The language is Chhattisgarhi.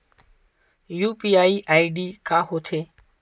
यू.पी.आई आई.डी का होथे?